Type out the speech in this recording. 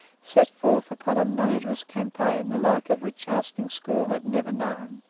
set forth upon a murderous campaign the like of which arstingstall had never known.